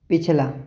पिछला